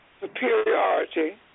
superiority